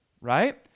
right